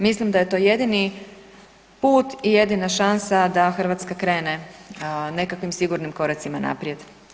Mislim da je to jedini put i jedina šansa da Hrvatska krene nekakvim sigurnim koracima naprijed.